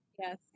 Yes